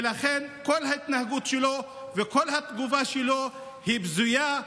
ולכן כל ההתנהגות שלו וכל התגובה שלו הן בזויות.